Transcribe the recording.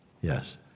Yes